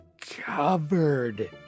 covered